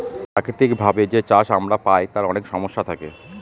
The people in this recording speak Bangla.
প্রাকৃতিক ভাবে যে চাষ আমরা পায় তার অনেক সমস্যা থাকে